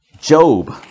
Job